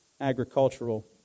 agricultural